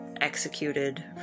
executed